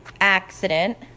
accident